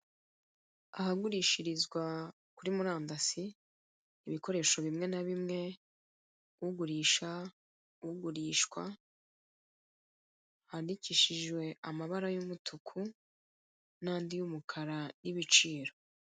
Ahagurishirizwa kuri murandasi ibikoresho bimwe na bimwe ugurisha, ugurishwa handikishijwe amabara y'umutuku n'andi y'umukara y'ibiciro.